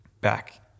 back